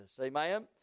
Amen